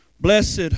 Blessed